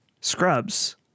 scrubs